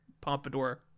pompadour